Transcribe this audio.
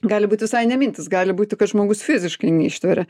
gali būt visai ne mintys gali būti kad žmogus fiziškai neištveria